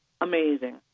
Amazing